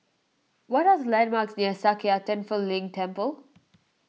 what are the landmarks near Sakya Tenphel Ling Temple